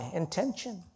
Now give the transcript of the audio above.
intention